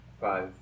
five